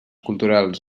culturals